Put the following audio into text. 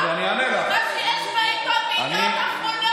יש משפחה, יש ילדים.